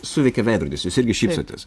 suveikia veidrodis jūs irgi šypsotės